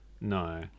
No